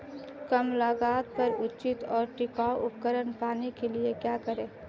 कम लागत पर उचित और टिकाऊ उपकरण पाने के लिए क्या करें?